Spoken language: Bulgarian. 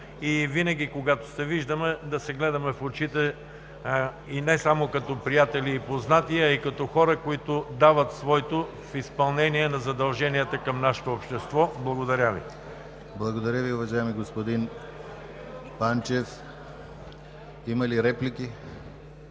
Благодаря Ви, уважаеми господин Панчев. Има ли реплики?